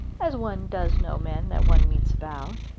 as one does know men that one meets about.